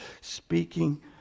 speaking